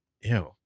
Ew